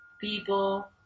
people